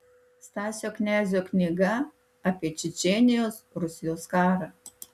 stasio knezio knyga apie čečėnijos rusijos karą